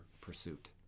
pursuit